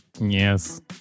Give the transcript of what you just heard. Yes